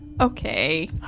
Okay